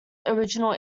original